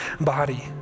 body